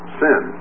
sin